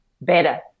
better